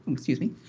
excuse me.